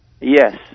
Yes